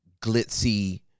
glitzy